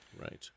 Right